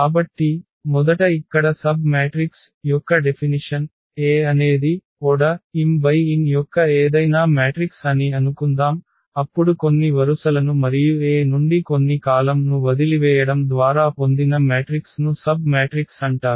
కాబట్టి మొదట ఇక్కడ సబ్మ్యాట్రిక్స్ యొక్క డెఫినిషన్ A అనేది ఆర్డర్ m × n యొక్క ఏదైనా మ్యాట్రిక్స్ అని అనుకుందాం అప్పుడు కొన్ని వరుసలను మరియు A నుండి కొన్ని కాలమ్ ను వదిలివేయడం ద్వారా పొందిన మ్యాట్రిక్స్ ను సబ్ మ్యాట్రిక్స్ అంటారు